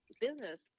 business